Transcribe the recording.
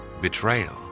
betrayal